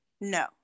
No